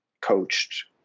coached